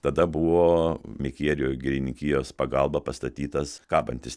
tada buvo mikierių girininkijos pagalba pastatytas kabantis